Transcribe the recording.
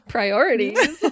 Priorities